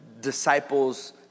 disciples